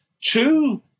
two